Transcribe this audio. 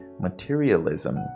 materialism